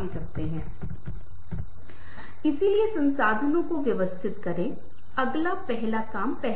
अब एक गैर रैखिक अनुक्रम से विशेष रूप से पूरी बात को समग्र रूप से देखते हुए अब मैं तय करता हूं कि